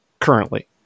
currently